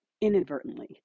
inadvertently